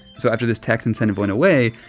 so after this tax incentive went away,